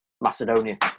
Macedonia